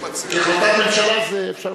כי החלטת ממשלה אפשר,